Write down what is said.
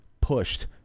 pushed